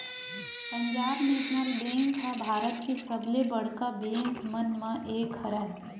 Punjab national bank ह भारत के सबले बड़का बेंक मन म एक हरय